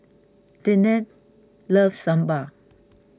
Deante loves Sambar